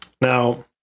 Now